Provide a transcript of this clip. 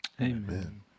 Amen